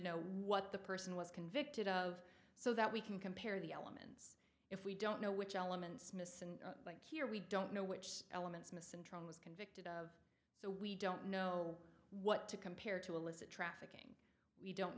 know what the person was convicted of so that we can compare the elements if we don't know which elements missing here we don't know which elements miss and convicted of so we don't know what to compare to illicit trafficking we don't